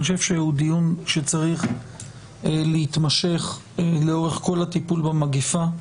אני חושב שהוא דיון שצריך להתמשך לאורך כל הטיפול במגפה.